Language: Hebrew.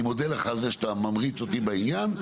אני מודה לך על זה שאתה ממריץ אותי בעניין.